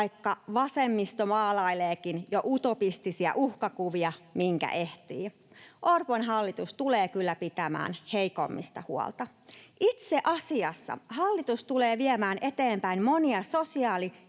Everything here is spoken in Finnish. vaikka vasemmisto maalaileekin jo utopistisia uhkakuvia minkä ehtii. Orpon hallitus tulee kyllä pitämään heikoimmista huolta. Itse asiassa hallitus tulee viemään eteenpäin monia sosiaali-